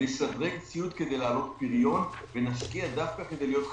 נשדרג ציוד כדי להעלות פריון ונשקיע דווקא כדי להיות חזקים.